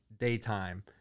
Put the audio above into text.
daytime